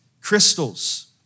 crystals